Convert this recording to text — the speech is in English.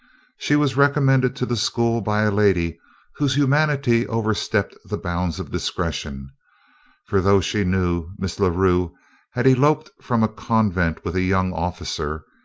she was recommended to the school by a lady whose humanity overstepped the bounds of discretion for though she knew miss la rue had eloped from a convent with a young officer,